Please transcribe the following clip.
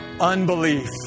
unbelief